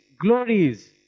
glories